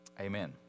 amen